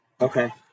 Okay